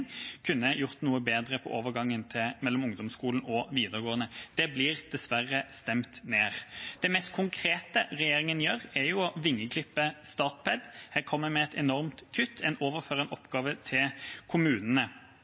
kunne fått til noe bedre i overgangen mellom ungdomsskole og videregående. De blir dessverre stemt ned. Det mest konkrete regjeringa gjør, er å vingeklippe Statped. Her kommer en med et enormt kutt. En overfører en oppgave til kommunene.